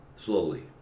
slowly